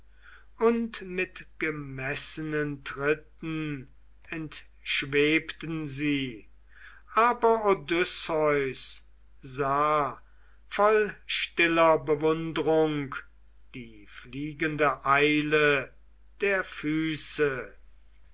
und mit gemessenen tritten entschwebten sie aber odysseus sah voll stiller bewundrung die fliegende eile der füße